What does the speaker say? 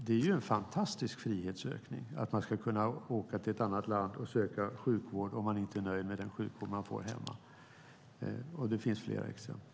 Det är en fantastisk ökning av friheten att kunna åka till ett annat land och söka sjukvård om man inte är nöjd med den som man får hemma. Det finns fler exempel.